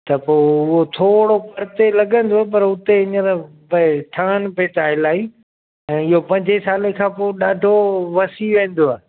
त पो उहो थोड़ो परते लॻंदो पर हुते हींअर पए ठहनि बि था इलाही ऐं इयो पंज साल खां पोइ ॾाढो वसी वेंदव